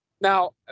now